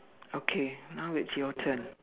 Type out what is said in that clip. okay now it's your turn